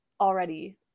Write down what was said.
already